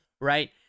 right